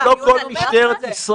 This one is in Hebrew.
זה לא כל משטרת ישראל.